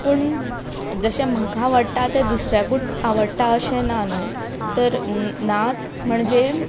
पूण जशे म्हाका आवडटा तें दुसऱ्यांकूय आवडटा अशें ना न्हय तर नाच म्हणजे